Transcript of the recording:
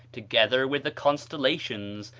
together with the constellations,